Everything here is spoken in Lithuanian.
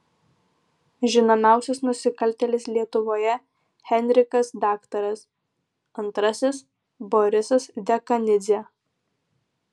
žinomiausias nusikaltėlis lietuvoje henrikas daktaras antrasis borisas dekanidzė